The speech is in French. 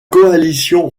coalition